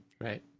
Right